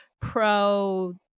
pro